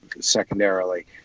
secondarily